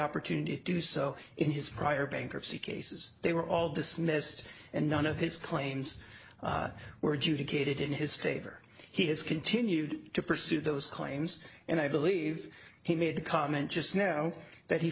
opportunity to do so in his prior bankruptcy cases they were all dismissed and none of his claims were due to get it in his state or he has continued to pursue those claims and i believe he made the comment just now that he